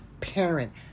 parent